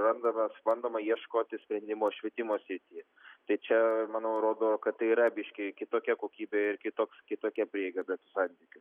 randamas bandoma ieškoti sprendimo švietimo srityje tai čia manau rodo kad tai yra biškį kitokia kokybė ir kitoks kitokia prieiga prie santykių